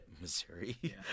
Missouri